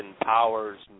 Powers